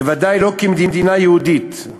בוודאי לא כמדינה יהודית,